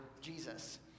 Jesus